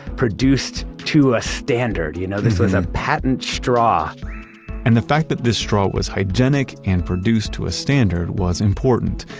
produced to a standard. you know? this was a patent straw and the fact that this straw was hygienic, and produced to a standard, was important.